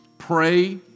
pray